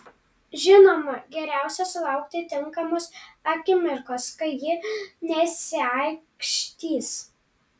žinoma geriausia sulaukti tinkamos akimirkos kai ji nesiaikštys